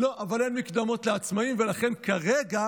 לא, אבל אין מקדמות לעצמאים, ולכן כרגע,